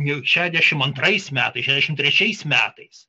jau šešiasdešimt antrais metais šešiasdešimt trečiais metais